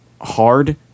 hard